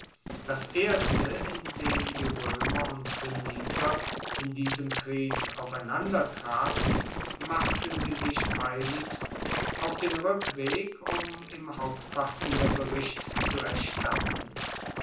das erste in dem die roemer und phoeniker in diesem krieg aufeinandertrafen machte sie sich eiligst auf den rueckweg um im hauptquartier bericht zu erstatten